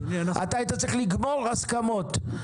אתה היית צריך לגמור הסכמות.